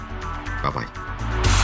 Bye-bye